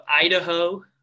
idaho